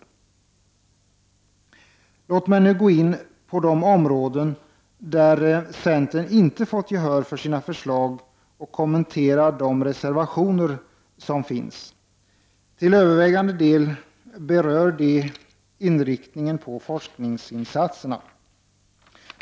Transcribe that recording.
Låt mig nu gå in på de områden där centern inte fått gehör för sina förslag och kommentera de reservationer som finns. Till övervägande del berör de inriktningen på forskningsinsatserna.